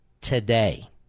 today